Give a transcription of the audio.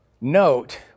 note